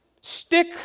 stick